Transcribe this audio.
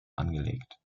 angelegt